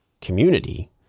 community